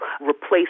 replace